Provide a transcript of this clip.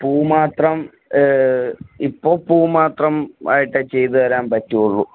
പൂ മാത്രം ഇപ്പോൾ പൂ മാത്രം ആയിട്ടേ ചെയ്ത് തരാൻ പറ്റുള്ളൂ